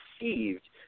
received